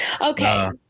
Okay